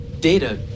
Data